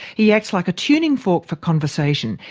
he acts like a tuning fork for conversation,